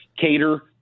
cater